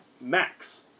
Max